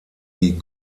die